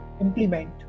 implement